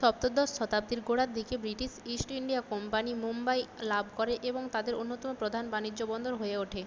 সপ্তদশ শতাব্দীর গোড়ার দিকে British East India Company Mumbai লাভ করে এবং তাদের অন্যতম প্রধান বাণিজ্য বন্দর হয়ে ওঠে